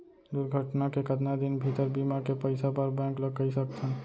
दुर्घटना के कतका दिन भीतर बीमा के पइसा बर बैंक ल कई सकथन?